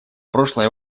прошлой